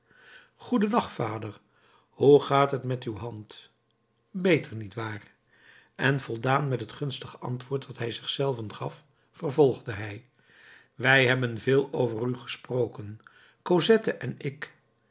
dag vader hoe gaat het met uw hand beter niet waar en voldaan met het gunstig antwoord dat hij zich zelven gaf vervolgde hij wij hebben veel over u gesproken cosette en ik